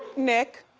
nick.